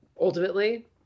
ultimately